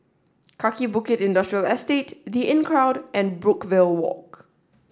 Kaki Bukit Industrial Estate the Inncrowd and Brookvale Walk